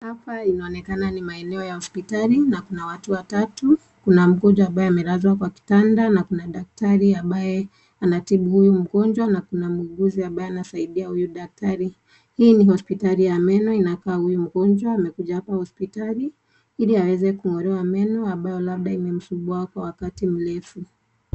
Hapa inaonekana ni maeneo ya hospitali na kuna watu watatu. Kuna mgonjwa ambaye amelazwa kwa kitannda, na kuna daktari ambaye anatibu huyu mgonjwa na kuna mwuguzi ambaye anasaidia huyu daktari. Hii ni hospitali ya meno inakaa huyu mgonjwa amekuja hapa hospitali ili aweze kung'olewa meno ambayo labda imemsumbua kwa wakati mrefu.